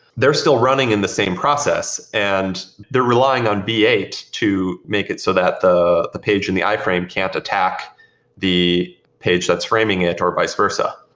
they're still running in the same process and they're relying on v eight to make it so that the the page in the i-frame can't attack the page that's framing it or vice versa.